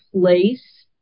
place